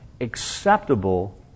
acceptable